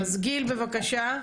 אז גיל, בבקשה.